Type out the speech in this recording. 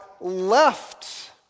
left